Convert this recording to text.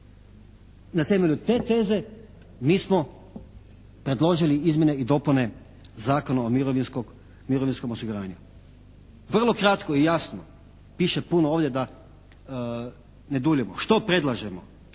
Na temelju te teze mi smo predložili izmjene i dopune Zakona o mirovinskom osiguranju. Vrlo kratko i jasno, piše puno ovdje da ne duljimo. Što predlažemo?